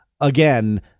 again